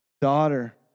daughter